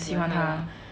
喜欢她